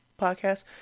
podcast